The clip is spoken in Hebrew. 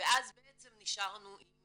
ואז בעצם נשארנו עם